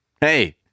hey